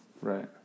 Right